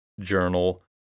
journal